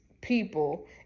people